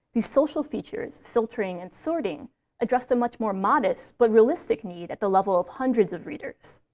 these social features filtering and sorting addressed a much more modest but realistic need at the level of hundreds of readers.